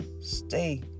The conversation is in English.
Stay